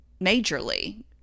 majorly